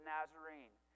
Nazarene